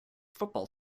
football